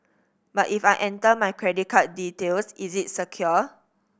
but if I enter my credit card details is it secure